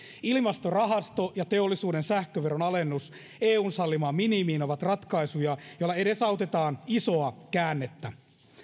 ilmastorahasto ja teollisuuden sähköveron alennus eun sallimaan minimiin ovat ratkaisuja joilla edesautetaan isoa käännettä